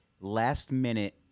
last-minute